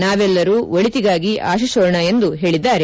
ನಾವೆಲ್ಲರೂ ಒಳಿತಿಗಾಗಿ ಆಶಿಸೋಣ ಎಂದು ಹೇಳದ್ದಾರೆ